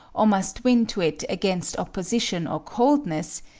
or must win to it against opposition or coldness,